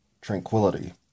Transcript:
tranquility